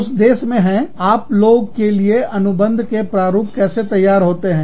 उस देश में है आप लोगों के लिए अनुबंधों के प्रारूप कैसे तैयार करते हैं